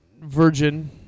virgin